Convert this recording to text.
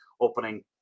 opening